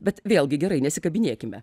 bet vėlgi gerai nesikabinėkime